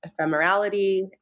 ephemerality